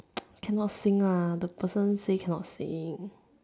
cannot sing lah the person say cannot sing